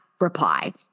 reply